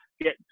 get